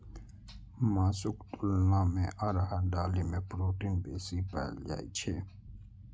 मासुक तुलना मे अरहर दालि मे प्रोटीन बेसी पाएल जाइ छै